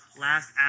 last